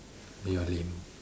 you are lame